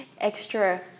extra